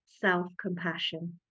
self-compassion